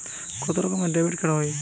কত রকমের ডেবিটকার্ড হয়?